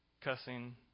cussing